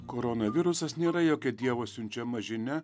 koronavirusas nėra jokia dievo siunčiama žinia